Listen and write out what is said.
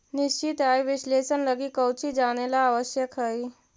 निश्चित आय विश्लेषण लगी कउची जानेला आवश्यक हइ?